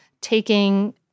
taking